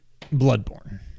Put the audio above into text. Bloodborne